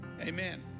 Amen